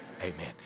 Amen